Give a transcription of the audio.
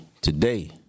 today